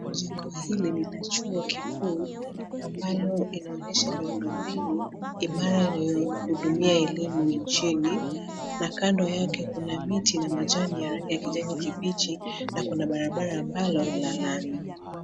Jengo hili ni la chuo kikuu ambalo inaonyesha miundombinu imara inayohudumia elimu nchini na kando yake kuna miti na majani ya rangi ya kijani kibichi na kuna barabara ambalo lina lami.